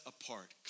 apart